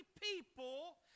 people